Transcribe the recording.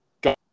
go